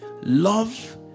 Love